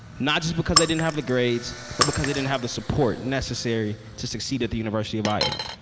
not just because they didn't have the grades but because they didn't have the support necessary to succeed at the university of iowa.